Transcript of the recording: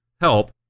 help